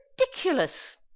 ridiculous